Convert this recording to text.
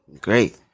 Great